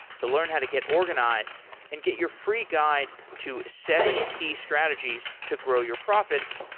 to learn how to get organized and get your free guide to seven key strategies to grow your profits,